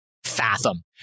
Fathom